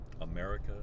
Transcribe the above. America